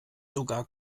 sogar